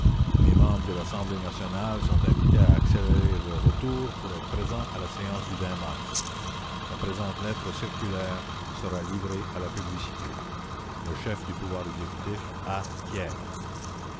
les membres de l'assemblée nationale sont invités à accélérer leur retour pour être présents à la séance du mars la présente lettre circulaire sera livrée à la publicité le chef du pouvoir exécutif la